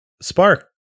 Spark